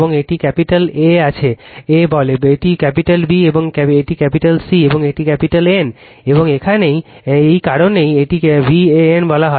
এবং এটি capital A বলে এটি ক্যাপিটাল B এবং এটি C এবং এটি ক্যাপিটাল N এবং এই কারণেই এটিকে VAN বলা হয়